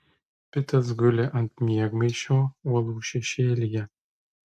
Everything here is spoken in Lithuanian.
pitas guli ant miegmaišio uolų šešėlyje